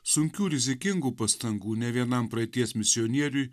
sunkių rizikingų pastangų nė vienam praeities misionieriui